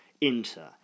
inter